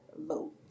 vote